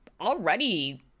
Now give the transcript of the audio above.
already